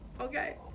okay